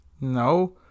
No